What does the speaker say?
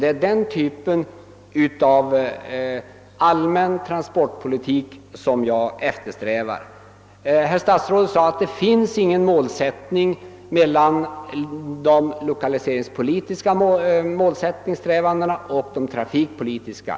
Det är en sådan typ av allmän transportpolitik jag eftersträvar. Statsrådet sade att det inte finns någon motsättning mellan de lokaliseringspolitiska strävandena och de trafikpolitiska.